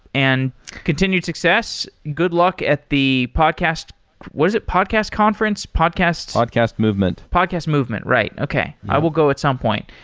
and continued success. good luck at the podcast was it podcast conference? podcast podcast movement. podcast movement. right. okay. i will go at some point.